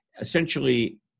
Essentially